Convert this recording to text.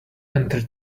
entry